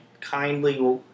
kindly